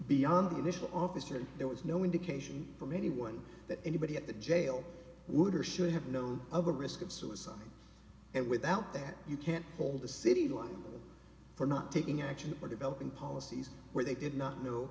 beyond the initial officer there was no indication from anyone that anybody at the jail would or should have known of a risk of suicide and without that you can't hold the city line for not taking action or developing policies where they did not know